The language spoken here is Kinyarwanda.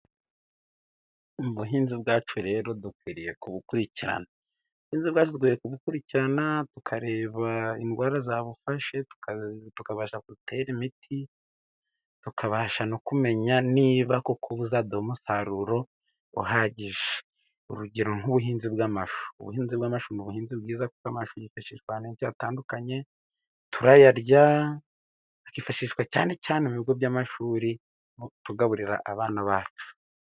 Mu buhinzi bwacu rero, dukwiriye kubukurikirana. Ubuhinzi bwacu dukwiriye kubukurikirana, tukareba indwara zabufashe, tukabasha gutera imiti, tukabasha no kumenya niba koko kubuzadu umusaruro uhagije. Urugero, nk'ubuhinzi bw'amashu. Ubuhinzi bw'amashu ni ubuhinzi bwiza. Kuko amashu yifashishwa ahantu hatandukanye. Turayarya, akifashishwa cyane cyane mu bigo by’amashuri, tugaburira abana bacu.